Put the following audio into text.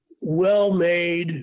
well-made